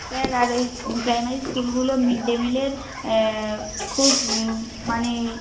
sir আর ওই primary স্কুলগুলো মিড ডে মিলের খুব মানে